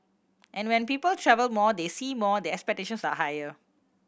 and when people travel more they see more their expectations are higher